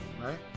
Right